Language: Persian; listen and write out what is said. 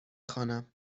خوانم